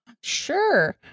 Sure